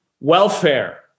welfare